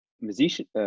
music